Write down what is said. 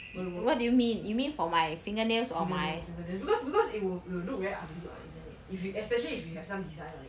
wait wh~ fingernails fingernails because because it will it will look very ugly [what] isn't it if you especially if you have some design on it